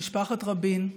משפחת רבין,